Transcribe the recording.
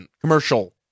commercial